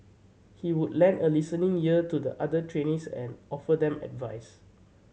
he would lend a listening ear to the other trainees and offer them advice